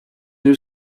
new